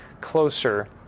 closer